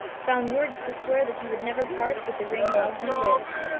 found words to swear that he would never part with the ring while he lived.